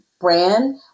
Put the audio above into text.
brand